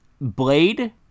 Blade